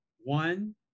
One